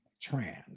trans